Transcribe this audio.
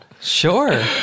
sure